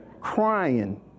crying